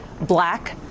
black